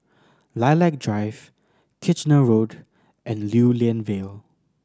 Lilac Drive Kitchener Road and Lew Lian Vale